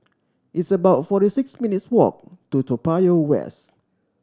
it's about forty six minutes' walk to Toa Payoh West